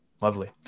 Lovely